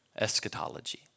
eschatology